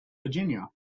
virginia